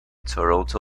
toronto